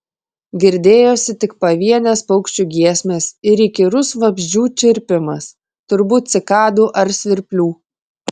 girdėjosi tik pavienės paukščių giesmės ir įkyrus vabzdžių čirpimas turbūt cikadų ar svirplių